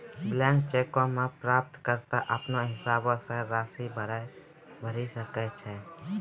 blank चेको मे प्राप्तकर्ता अपनो हिसाबो से राशि भरि सकै छै